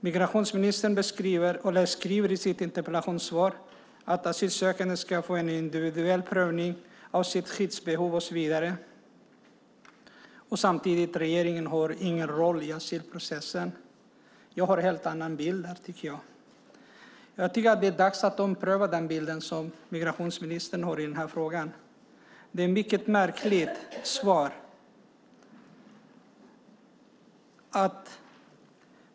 Migrationsministern säger i sitt interpellationssvar att asylsökande ska få en individuell prövning av sitt skyddsbehov och så vidare och samtidigt att regeringen inte har någon roll i asylprocessen. Jag har en helt annan bild. Jag tycker att det är dags att ompröva den bild som migrationsministern har i den här frågan. Det är ett mycket märkligt svar.